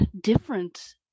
different